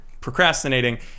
procrastinating